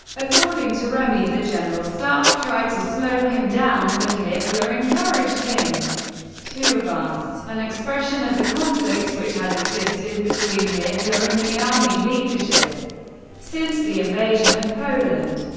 according to remy, the general staff tried to slow him down, but hitler encouraged him to advance an expression of the conflict which had existed between hitler and the army leadership since the invasion of poland.